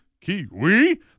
Kiwi